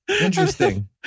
Interesting